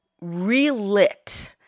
relit